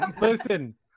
Listen